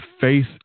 faith